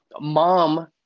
Mom